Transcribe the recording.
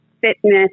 fitness